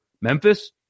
Memphis